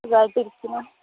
സുഖായിട്ട് ഇരിക്കുന്നു